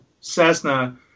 Cessna